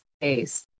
space